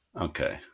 Okay